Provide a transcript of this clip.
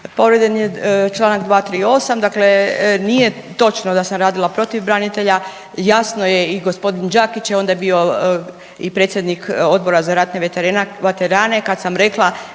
Povrijeđen je Članak 238., dakle nije točno da sam radila protiv branitelja, jasno je i gospodin Đakić je onda bio i predsjednik Odbora za ratne veterane kad sam rekla